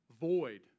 void